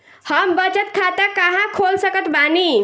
हम बचत खाता कहां खोल सकत बानी?